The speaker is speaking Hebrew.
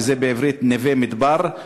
שזה בעברית נווה-מדבר,